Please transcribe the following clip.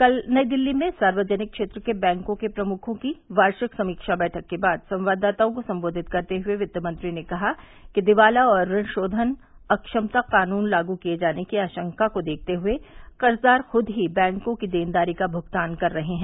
कल नई दिल्ली में सार्वजनिक क्षेत्र के बैंकों के प्रमुखों की वार्षिक समीक्षा बैठक के बाद संवाददाताओं को संबोधित करते हुए वित्तमंत्री ने कहा कि दिवाला और ऋण शोघन अक्षमता कानून लागू किए जाने की आशंका को देखते हुए कर्जदार खद ही बैंकों की देनदारी का भुगतान कर रहे हैं